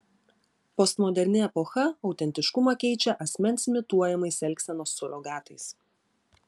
postmoderni epocha autentiškumą keičia asmens imituojamais elgsenos surogatais